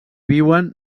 viuen